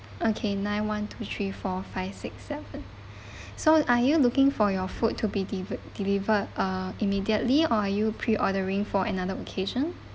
okay nine one two three four five six seven so are you looking for your food to be delivered delivered uh immediately or are you pre-ordering for another occasion